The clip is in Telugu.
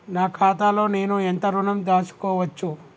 నా ఖాతాలో నేను ఎంత ఋణం దాచుకోవచ్చు?